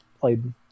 played